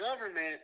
government